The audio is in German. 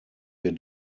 wir